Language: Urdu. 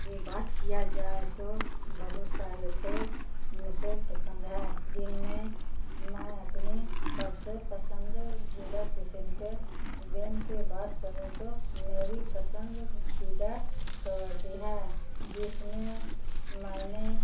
کی بات کیا جائے تو بہت سارے کھیل مجھ سے پسند ہے جن میں میں اپنی سب سے پسند جیدہ قسم کے گیم کی بات کروں تو میری پسند جیدہ کبڈی ہے جس میں میں نے